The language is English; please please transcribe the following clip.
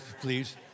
please